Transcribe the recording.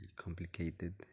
complicated